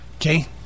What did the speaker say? Okay